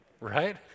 right